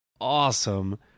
awesome